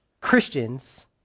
Christians